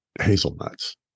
hazelnuts